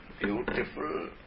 beautiful